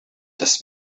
das